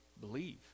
believe